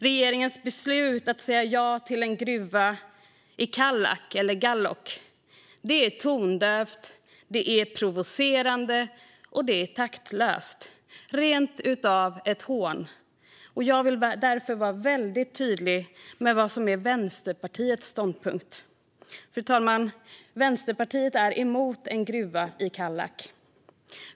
Regeringens beslut att säga ja till en gruva i Kallak, eller Gállok, är tondövt, provocerande och taktlöst. Det är rent av ett hån. Jag vill därför vara väldigt tydlig med vad som är Vänsterpartiets ståndpunkt. Fru talman! Vi i Vänsterpartiet är emot en gruva i Kallak.